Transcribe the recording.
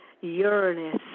Uranus